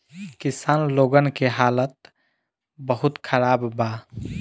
किसान लोगन के हालात बहुत खराब बा